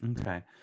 okay